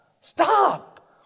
Stop